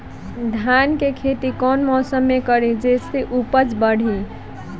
धान के खेती कौन मौसम में करे से उपज बढ़ाईल जाई?